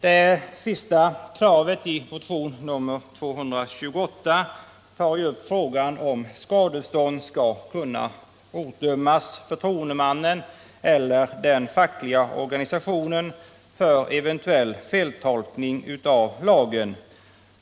Det sista kravet i motion nr 228 tar upp frågan om skadestånd skall kunna ådömas förtroendemannen eller den fackliga organisationen för eventuell feltolkning av lagen.